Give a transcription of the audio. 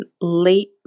late